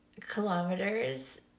kilometers